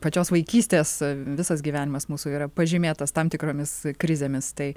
pačios vaikystės visas gyvenimas mūsų yra pažymėtas tam tikromis krizėmis tai